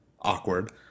awkward